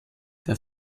der